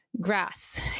grass